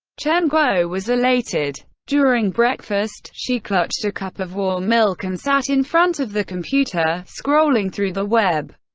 chen guo was elated. during breakfast, she clutched a cup of warm milk and sat in front of the computer, scrolling through the web.